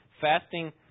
Fasting